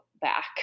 back